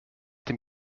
dem